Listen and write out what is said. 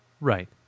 Right